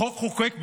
החוק חוקק בנובמבר.